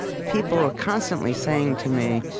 people were constantly saying to me,